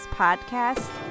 podcast